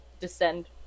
descend